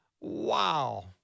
Wow